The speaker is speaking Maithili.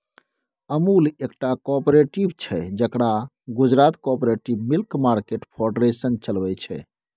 अमुल एकटा कॉपरेटिव छै जकरा Gujarat cooperative milk market federation चलबै छै